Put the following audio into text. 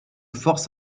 force